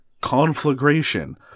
conflagration